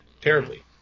terribly